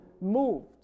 Moved